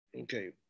Okay